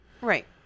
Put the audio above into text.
Right